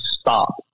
stop